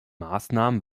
maßnahmen